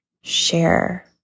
share